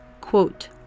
Quote